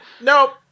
Nope